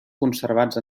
conservats